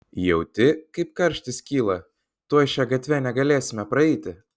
jauti kaip karštis kyla tuoj šia gatve negalėsime praeiti